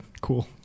cool